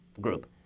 group